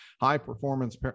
high-performance